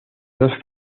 dos